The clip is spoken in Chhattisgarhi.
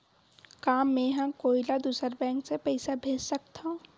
का मेंहा कोई ला दूसर बैंक से पैसा भेज सकथव?